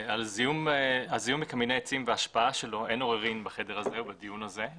על זיהום מקמיני עצים וההשפעה שלו אין עוררין בחדר הזה ובדיון הזה.